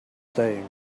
thing